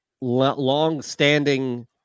long-standing